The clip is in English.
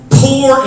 poor